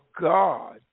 God